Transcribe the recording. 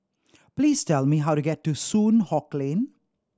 please tell me how to get to Soon Hock Lane